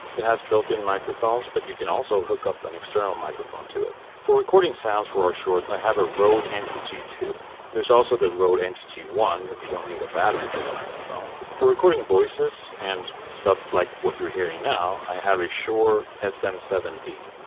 it has built in microphones but you can also hook up an external microphone to it. for recording sounds for our shorts i have a rode and ntg two. there's also the rode ntg one if you don't need a battery for the microphone. for recording voices, and stuff like what you're hearing now, i have a shure s m seven b.